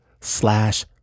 slash